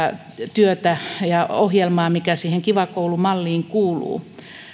työtä ja ohjelmaa mikä siihen kiva koulu malliin kuuluu